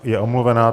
Je omluvena.